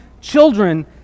children